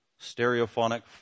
stereophonic